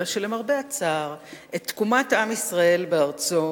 אלא שלמרבה הצער את תקומת עם ישראל בארצו